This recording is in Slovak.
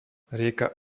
rieka